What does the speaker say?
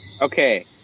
Okay